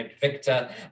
Victor